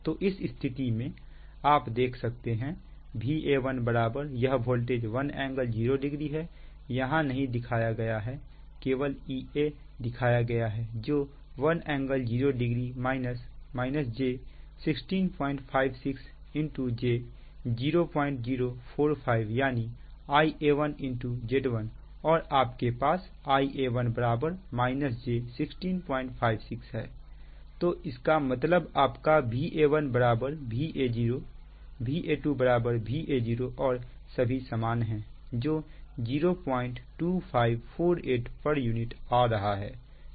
तो इस स्थिति में आप देख सकते हैं Va1 बराबर यह वोल्टेज 1∟00 है यहां नहीं दिखाया गया है केवल Ea दिखाया गया है जो 1∟00 - j 1656 j 0045 यानी Ia1 Z1 और आपके पास Ia1 j1656 है तो इसका मतलब आपका Va1 Va0 Va2 Va0 और सभी समान हैं जो 02548 pu आ रहा है